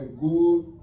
good